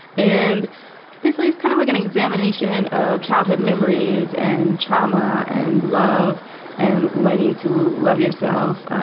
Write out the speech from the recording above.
and basically, it's kind of like an examination of childhood memories and trauma and love and learning to love yourself,